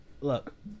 Look